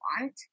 want